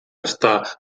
està